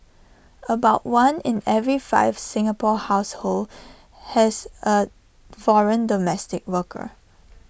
about one in every five Singapore households has A foreign domestic worker